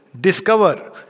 discover